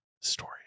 Story